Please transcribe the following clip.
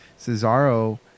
cesaro